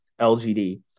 LGD